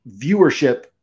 viewership